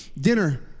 dinner